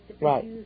Right